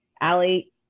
Allie